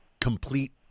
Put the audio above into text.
complete